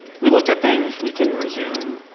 we looked at things, we can resume,